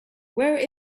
where